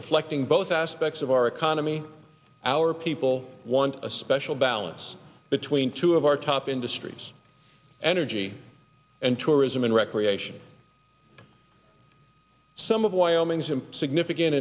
reflecting both aspects of our economy our people want a special balance between two of our top industries energy and tourism and recreation some of wyoming's and significant